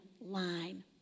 line